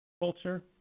culture